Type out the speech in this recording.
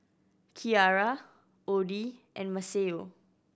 Kiarra Oddie and Maceo